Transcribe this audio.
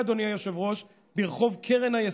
ששגרירותה, אדוני היושב-ראש, ברחוב קרן היסוד,